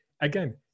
Again